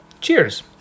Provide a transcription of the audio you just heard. Cheers